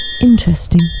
Interesting